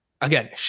again